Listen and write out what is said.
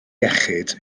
iechyd